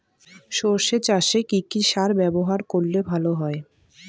সর্ষে চাসে কি কি সার ব্যবহার করলে ভালো হয়?